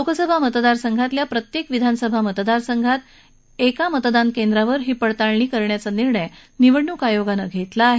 लोकसभा मतदारसंघातल्या प्रत्येक विधानसभा मतदारसंघात एका मतदानकेंद्रावर ही पडताळणी करण्याचा निर्णय निवडणूक आयोगानं घेतला आहे